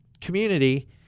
community